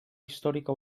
històrica